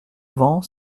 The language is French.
vent